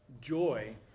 joy